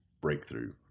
breakthrough